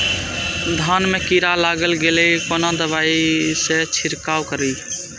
धान में कीरा लाग गेलेय कोन दवाई से छीरकाउ करी?